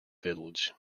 village